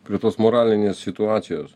prie tos moralinės situacijos